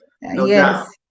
Yes